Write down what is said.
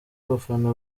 abafana